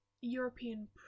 European